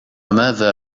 ماذا